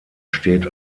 steht